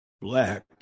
black